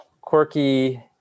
quirky